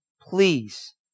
please